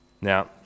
Now